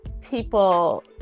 people